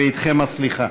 ואיתכם הסליחה.